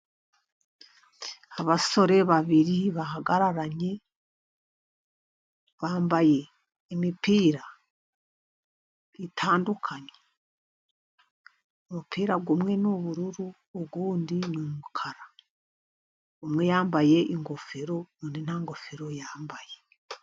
Abasore babiri bahagararanye bambaye imipira itandukanye, umupira umwe n'ubururu uwundi ni umukara umwe yambaye ingofero, undi nta ngofero yambaye.